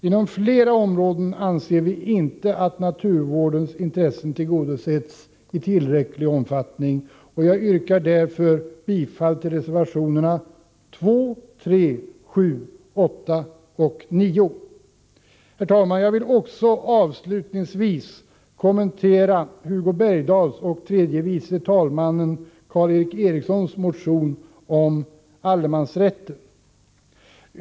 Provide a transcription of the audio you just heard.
Inom flera områden anser vi dock inte att naturvårdens intressen tillgodosetts i tillräcklig omfattning, och jag yrkar därför bifall till reservationerna 2, 3, 7, 8 och 9. Herr talman! Jag vill avslutningsvis också kommentera Hugo Bergdahls och tredje vice talmannen Karl Erik Erikssons motion om allemansrätten.